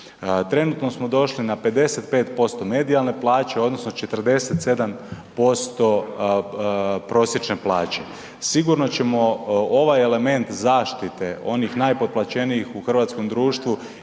Trenutno smo došli na 55% medijalne plaće, odnosno 47% prosječne plaće. Sigurno ćemo ovaj element zaštite onih najpotplaćenijih u hrvatskom društvu